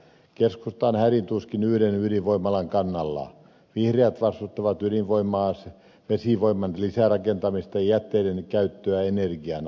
keskusta on hädin tuskin yhden ydinvoimalan kannalla vihreät vastustavat ydinvoimaa vesivoiman lisärakentamista ja jätteiden käyttöä energiana